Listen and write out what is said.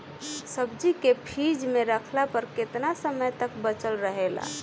सब्जी के फिज में रखला पर केतना समय तक बचल रहेला?